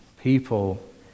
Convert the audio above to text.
people